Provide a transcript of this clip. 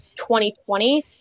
2020